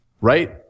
right